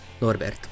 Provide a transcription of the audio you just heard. Norbert